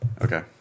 Okay